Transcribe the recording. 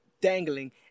dangling